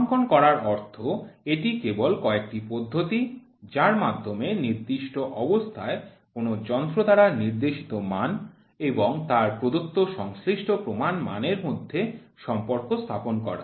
ক্রমাঙ্কন করার অর্থ এটি কেবল কয়েকটি পদ্ধতি যার মাধ্যমে নির্দিষ্ট অবস্থায় কোন যন্ত্র দ্বারা নির্দেশিত মান এবং তার প্রদত্ত সংশ্লিষ্ট প্রমাণ মানের মধ্যে সম্পর্ক স্থাপন করা